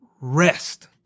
rest